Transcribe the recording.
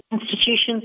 institutions